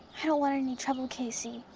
i don't want any trouble, casey.